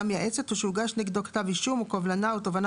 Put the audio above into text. המייעצת או שהוגש נגדו כתב אישום או קובלנה או תובענה